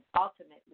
ultimately